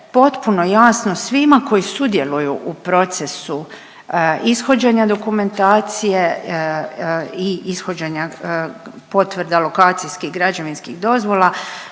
potpuno jasno svima koji sudjeluju u procesu ishođenja dokumentacije i ishođenja potvrda lokacijskih i građevinskih dozvola